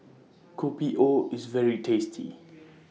Kopi O IS very tasty